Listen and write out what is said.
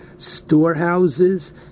storehouses